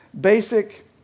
basic